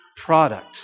product